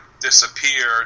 disappear